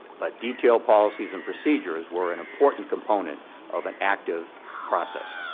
but detailed policies and procedures were an important component of an active process.